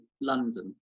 London